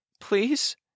Please